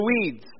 weeds